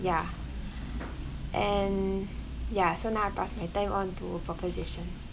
ya and ya so now I pass my time on to proposition